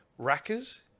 Rackers